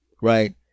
right